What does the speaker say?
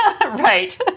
Right